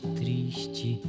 triste